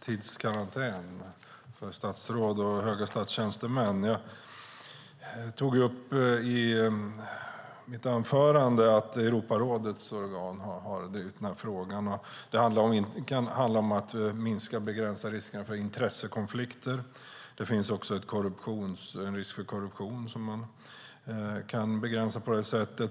tidskarantän för statsråd och höga statstjänstemän. Jag tog i mitt anförande upp att Europarådets organ har drivit den här frågan. Det handlar om att minska och begränsa riskerna för intressekonflikter. Det finns också en risk för korruption som man kan begränsa på det här sättet.